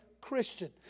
Christian